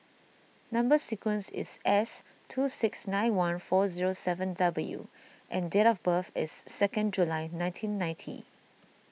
Number Sequence is S two six nine one four zero seven W and date of birth is second July nineteen ninety